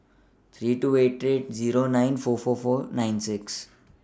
three eight eight two Zero nine four four nine six